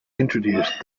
introduced